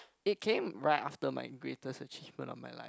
it came right after my greatest achievement of my life